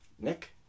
Nick